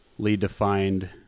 defined